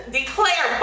declare